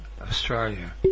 Australia